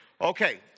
Okay